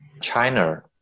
china